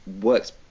works